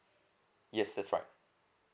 yes that's right